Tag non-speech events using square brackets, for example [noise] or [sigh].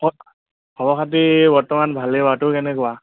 [unintelligible] খবৰ খাতি বৰ্তমান ভালে বাৰু তোৰ কেনেকুৱা